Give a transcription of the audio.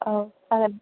औ जागोन